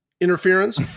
interference